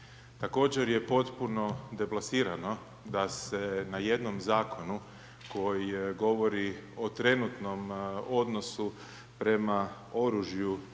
Također, je potpuno deplasirano da se na jednom zakonu koji govori o trenutnom odnosu prema oružju